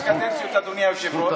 כמה קדנציות, אדוני היושב-ראש?